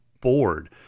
bored